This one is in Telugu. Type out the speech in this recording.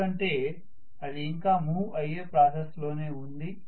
ఎందుకంటే అది ఇంకా మూవ్ అయ్యే ప్రాసెస్ లోనే ఉంది